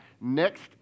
next